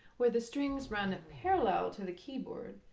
where the strings run parallel to the keyboard,